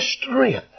strength